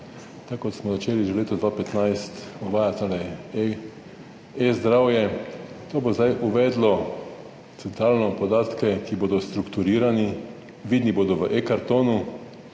tako kot smo začeli že v letu 2015 uvajati tole E-zdravje, to bo zdaj uvedlo centralno podatke, ki bodo strukturirani, vidni bodo v eKartonu,